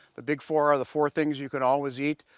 the big four are the four things you can always eat.